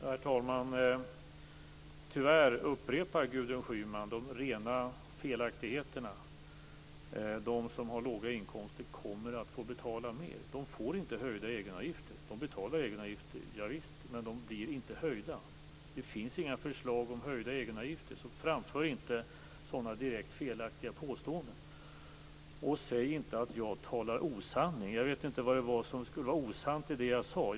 Herr talman! Tyvärr upprepar Gudrun Schyman de rena felaktigheterna: "De som har låga inkomster kommer att få betala mer." De kommer inte att få höjda egenavgifter. Visst betalar de egenavgifter, men de kommer inte att bli höjda. Det finns inga förslag om höjda egenavgifter. Framför inte direkt felaktiga påståenden. Säg inte att jag talar osanning! Jag vet inte vad det är som skulle vara osant i det jag sade.